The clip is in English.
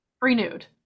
renewed